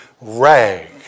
rag